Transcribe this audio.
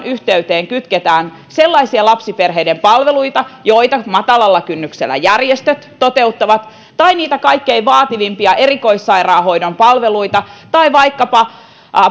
yhteyteen kytketään sellaisia lapsiperheiden palveluita joita matalalla kynnyksellä järjestöt toteuttavat tai niitä kaikkein vaativimpia erikoissairaanhoidon palveluita tai vaikkapa